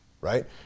right